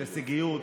של הישגיות.